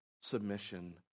submission